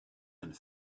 and